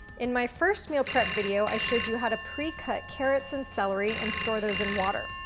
in my first meal prep video, i showed you how to precut carrots and celery and store those in water.